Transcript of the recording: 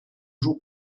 jours